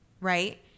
right